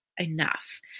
enough